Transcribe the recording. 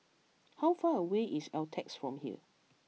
how far away is Altez from here